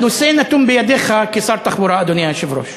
הנושא נתון בידיך כשר תחבורה, אדוני השר.